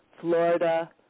Florida